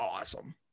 awesome